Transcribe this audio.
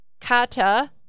Kata